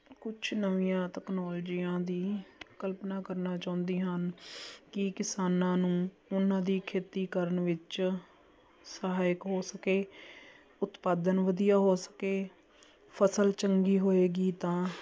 ਕੁਛ ਨਵੀਆਂ ਤਕਨੋਲਜੀਆਂ ਦੀ ਕਲਪਨਾ ਕਰਨਾ ਚਾਹੁੰਦੀ ਹਾਂ ਕਿ ਕਿਸਾਨਾਂ ਨੂੰ ਉਹਨਾਂ ਦੀ ਖੇਤੀ ਕਰਨ ਵਿੱਚ ਸਹਾਇਕ ਹੋ ਸਕੇ ਉਤਪਾਦਨ ਵਧੀਆ ਹੋ ਸਕੇ ਫਸਲ ਚੰਗੀ ਹੋਵੇਗੀ ਤਾਂ